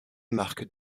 marquent